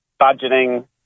budgeting